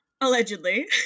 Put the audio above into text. Allegedly